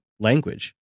language